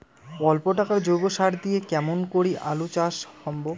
অল্প টাকার জৈব সার দিয়া কেমন করি আলু চাষ সম্ভব?